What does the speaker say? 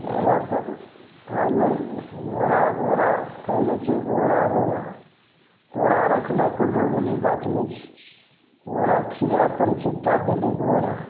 इएहसब रहलै घोड़ा घोड़ा कहै नहि छै घोड़ा रोड़ा घोड़ा राखनाइ कोइ मामूली बात नहि छै घोड़ाके खिएबे पड़ै छै तब भेलै घोड़ा